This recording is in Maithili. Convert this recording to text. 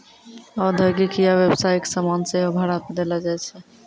औद्योगिक या व्यवसायिक समान सेहो भाड़ा पे देलो जाय छै